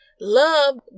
Love